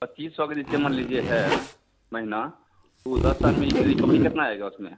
पच्चीस सौ के जैसे मान लीजिए है महीना तो वो दस साल में रिकवरी कितना आएगा उसमें